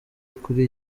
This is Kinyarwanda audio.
kuri